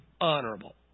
honorable